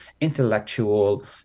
intellectual